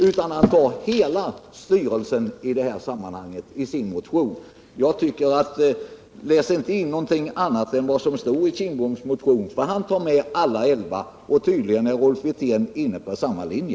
Läs inte in något annat än vad som står i Bengt Kindboms motion! Han har i sin motion med alla elva, och tydligen är Rolf Wirtén inne på samma linje.